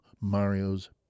Mario's